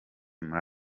muri